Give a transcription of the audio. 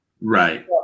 Right